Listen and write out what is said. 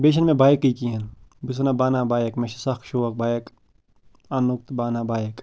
بیٚیہِ چھِنہٕ مےٚ بایکٕے کِہیٖنۍ بہٕ چھُس وَنان بہٕ اَنہٕ ہا بایِک مےٚ چھِ سَکھ شوق بایِک انٛنُک تہٕ بہٕ اَنہٕ ہا بایِک